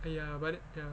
!aiya! but then ya